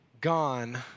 Gone